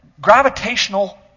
Gravitational